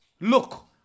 look